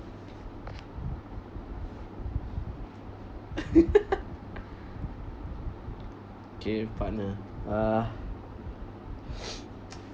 okay partner uh